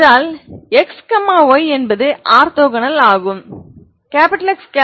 என்றால் x y என்பது orthogonal ஆகும் X